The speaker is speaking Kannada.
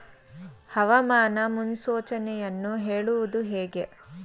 ಹವಾಮಾನ ಮುನ್ಸೂಚನೆಯನ್ನು ಹೇಳುವುದು ಹೇಗೆ?